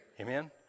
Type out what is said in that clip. Amen